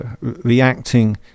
reacting